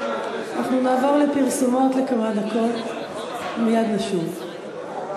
אנחנו נעבור לפרסומות לכמה דקות ומייד נשוב.